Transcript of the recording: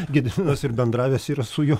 gediminas ir bendravęs yra su juo